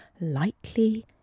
lightly